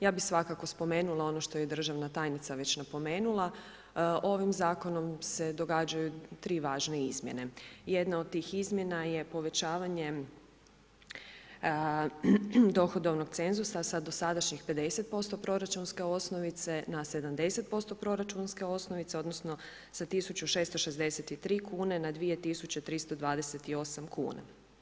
Ja bih svakako spomenula ono što je državna tajnica već napomenula, ovim zakonom se događaju tri važne izmjene, jedna od tih izmjena je povećavanje dohodovnog cenzusa sa dosadašnjih 50% proračunske osnovice na 70% proračunske osnovice odnosno sa 1.663 kune na 2.328 kuna.